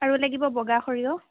আৰু লাগিব বগা সৰিয়হ